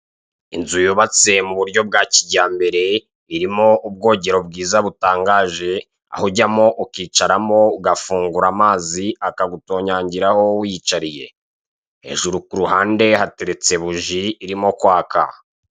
Inzu yubatse mu buryo bwa kijyambere, irimo ubwogero bwiza butangaje aho ujyamo ukicaramo ugafungura amazi akagutonyangiraho wiyicariye. Hejuru kuruhande hateretse buji irimo kwaka.